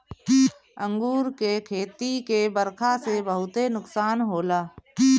अंगूर के खेती के बरखा से बहुते नुकसान होला